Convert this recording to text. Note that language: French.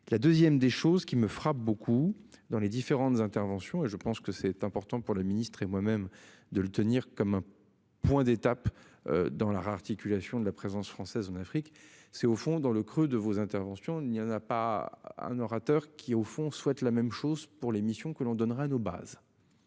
La 2ème des choses qui me frappe beaucoup dans les différentes interventions et je pense que c'est important pour le ministre, et moi-même de le tenir comme un point d'étape. Dans la réarticulation de la présence française en Afrique, c'est au fond dans le creux de vos interventions, y en a pas un orateur qui au fond souhaite la même chose pour les missions que l'on donnera nos bases.